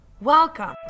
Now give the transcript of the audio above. Welcome